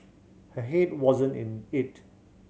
her head wasn't in it